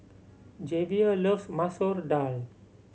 Javier loves Masoor Dal